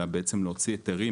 אלא להוציא היתרים,